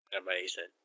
Amazing